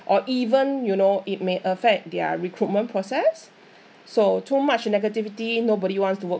or even you know it may affect their recruitment process so too much negativity nobody wants to work